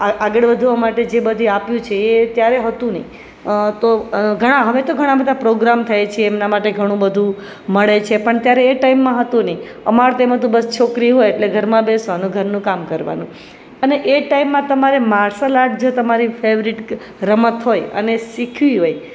આગળ વધવા માટે જે બધી આપ્યું છે એ ત્યારે હતું નહીં તો ઘણા હવે તો ઘણા બધા પ્રોગ્રામ થાય છે એમના માટે ઘણું બધું મળે છે પણ ત્યારે એ ટાઇમમાં હતું નહીં અમાર એમ હતું છોકરી હોય એટલે ઘરમાં બેસવાનું ઘરનું કામ કરવાનું અને એ ટાઇમમાં તમારે માર્સલ આર્ટ જો તમારી ફેવરીટ રમત હોય અને શીખવી હોય